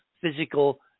physical